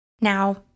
Now